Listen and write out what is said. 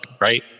right